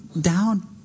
down